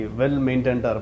well-maintained